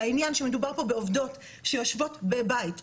לעניין שמדובר פה בעובדות שיושבות בבית מבודדות,